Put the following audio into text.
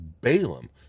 Balaam